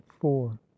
four